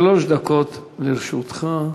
שלוש דקות לרשותך.